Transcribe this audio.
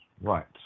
right